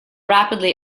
rapidly